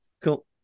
Cool